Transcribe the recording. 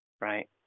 right